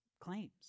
Claims